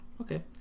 Okay